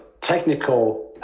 technical